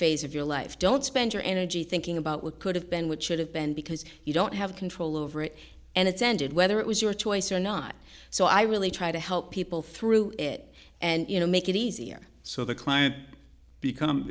phase of your life don't spend your energy thinking about what could have been what should have been because you don't have control over it and it's ended whether it was your choice or not so i really try to help people through it and you know make it easier so the client become